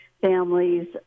families